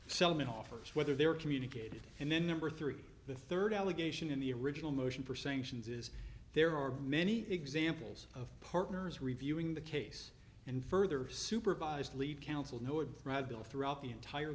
settlement offers whether they were communicated and then number three the third allegation in the original motion for sanctions is there are many examples of partners reviewing the case and further supervised lead counsel bill throughout the entire